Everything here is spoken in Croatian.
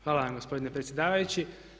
Hvala vam gospodine predsjedavajući.